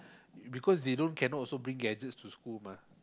because they don't cannot also bring gadgets to school mah